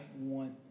want